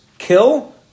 Kill